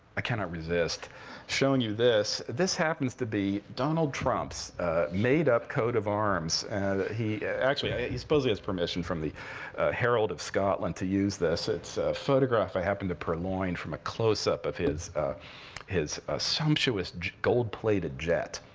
i cannot resist showing you this. this happens to be donald trump's made-up coat of arms. and he actually he supposedly has permission from the herald of scotland to use this. it's a photograph i happen to purloin from a close-up of his his ah sumptuous gold-plated jet.